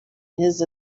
his